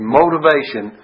motivation